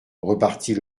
repartit